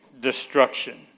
destruction